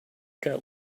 got